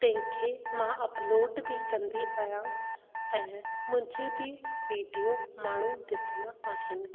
तंहिंखे मां अपलोड बि कंदी आहियां ऐं मुंहिंजी बि वीडियो माण्हू ॾिसंदा आहिनि